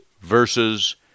verses